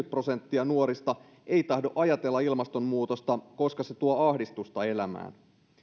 prosenttia nuorista ei tahdo ajatella ilmastonmuutosta koska se tuo ahdistusta elämään